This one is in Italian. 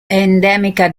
endemica